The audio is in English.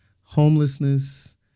Homelessness